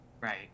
right